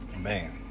Man